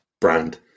brand